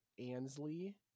Ansley